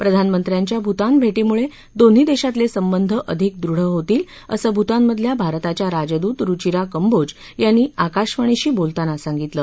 प्रधानमंत्र्यांच्या भूतान भेटीमुळे दोन्ही देशातले संबंध अधिक दृढ होतील असं भूतानमधल्या भारताच्या राजदूत रुचिरा कम्बोज यांनी आकाशवाणीशी बोलताना सांगितलं